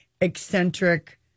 eccentric